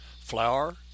Flour